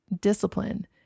discipline